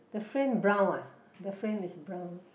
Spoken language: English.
the frame brown uh the frame is brown